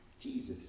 Jesus